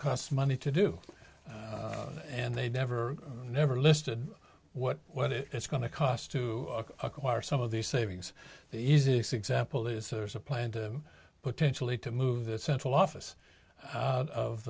cost money to do and they never never listed what what it's going to cost to acquire some of these savings the easiest example is there's a plan to potentially to move the central office